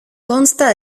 consta